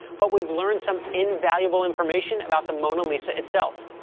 but we've learned some invaluable information about the mona lisa itself.